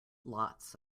lots